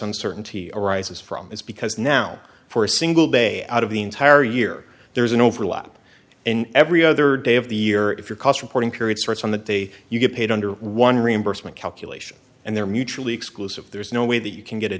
uncertainty arises from is because now for a single day out of the entire year there's an overlap in every other day of the year if your cost reporting period starts on the day you get paid under one dollar reimbursement calculation and they're mutually exclusive there's no way that you can get a